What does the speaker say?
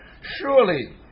Surely